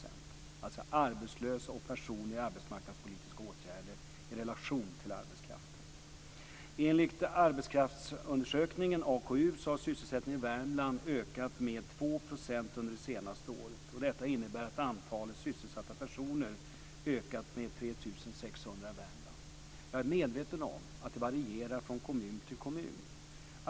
Det gällde alltså arbetslösa och personer i arbetsmarknadspolitiska åtgärder i relation till arbetskraften. Enligt Arbetskraftsundersökningen, AKU, har sysselsättningen i Värmland ökat med 2 % under det senaste året. Detta innebär att antalet sysselsatta personer har ökat med 3 600 i Värmland. Jag är medveten om att detta varierar från kommun till kommun.